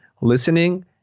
listening